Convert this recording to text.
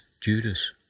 judas